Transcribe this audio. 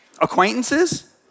Acquaintances